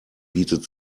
bietet